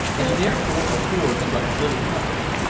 and therefore affords but little cover,